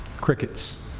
Crickets